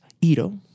Ito